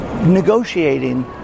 negotiating